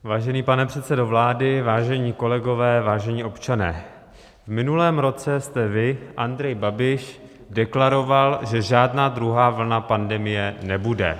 Vážený pane předsedo vlády, vážení kolegové, vážení občané, v minulém roce jste vy, Andrej Babiš, deklaroval, že žádná druhá vlna pandemie nebude.